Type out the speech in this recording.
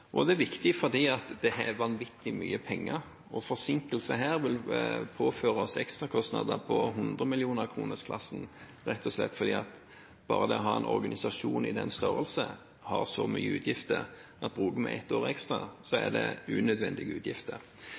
og fordi det er vanvittig mye penger. Forsinkelser her vil påføre oss ekstrakostnader i 100-millionerkronersklassen, rett og slett fordi bare det å ha en organisasjon i den størrelsen gir store utgifter, og hvis vi bruker ett år ekstra, er det unødvendige utgifter.